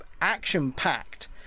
action-packed